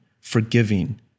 forgiving